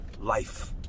life